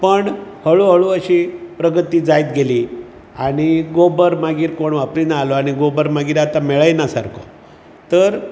पण हळू हळू अशी प्रगती जायत गेली आनी गोबर मागीर कोण वापरिना आलो आनी गोबर मागीर आतां मेळय ना सारको तर